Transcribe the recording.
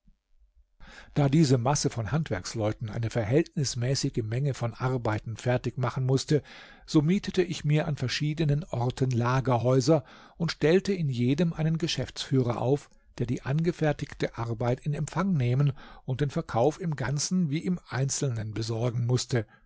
da diese masse von handwerksleuten eine verhältnismäßige menge von arbeiten fertig machen mußte so mietete ich mir an verschiedenen orten lagerhäuser und stellte in jedem einen geschäftsführer auf der die angefertigte arbeit in empfang nehmen und den verkauf im ganzen wie im einzelnen besorgen mußte